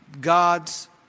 God's